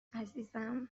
عزیزم